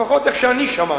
לפחות איך שאני שמעתי,